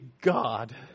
God